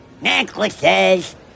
Necklaces